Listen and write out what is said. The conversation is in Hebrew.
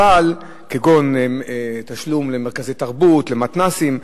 כגון תשלום למרכזי תרבות, למתנ"סים.